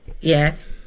Yes